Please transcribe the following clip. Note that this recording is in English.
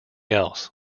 else